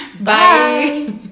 Bye